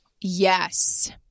yes